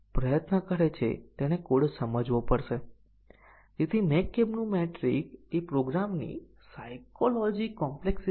જો આપણે તેને સારી રીતે સમજીએ તો કંટ્રોલ ફ્લો ગ્રાફ દોરવાનું ખૂબ જ સરળ છે